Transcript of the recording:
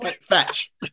Fetch